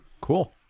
Cool